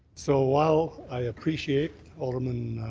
so while i appreciate alderman